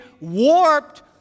warped